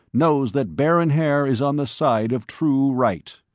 knows that baron haer is on the side of true right.